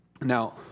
Now